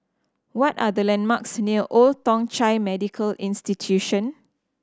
what are the landmarks near Old Thong Chai Medical Institution